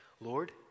Lord